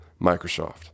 Microsoft